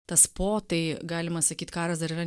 tas po tai galima sakyt karas dar yra